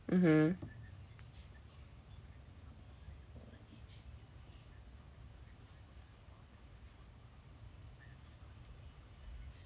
mmhmm